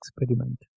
experiment